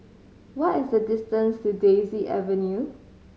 what is the distance to Daisy Avenue